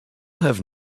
have